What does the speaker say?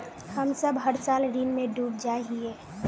हम सब हर साल ऋण में डूब जाए हीये?